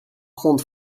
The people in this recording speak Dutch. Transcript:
grond